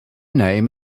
name